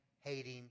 hating